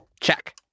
Check